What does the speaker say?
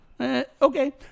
Okay